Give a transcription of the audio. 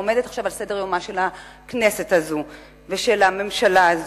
עומדת עכשיו על סדר-יומה של הכנסת הזו ושל הממשלה הזו.